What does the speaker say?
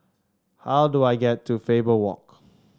how do I get to Faber Walk